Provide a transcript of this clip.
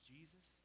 Jesus